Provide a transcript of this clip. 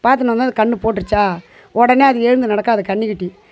பார்த்துன்னு வந்து அது கன்று போட்டுருச்சா உடனே அது எழுந்து நடக்காது கன்றுக்குட்டி